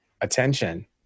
attention